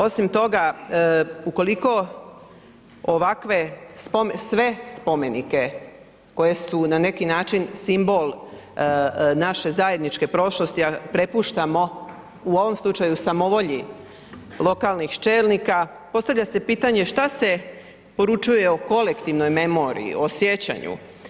Osim toga, ukoliko ovakve sve spomenike, koje su na neki način simbol naše zajedničke prošlosti a prepuštamo u ovom slučaju samovolji lokalnih čelnika, postavlja se pitanje šta se poručuje o kolektivnoj memoriji, o sjećanju.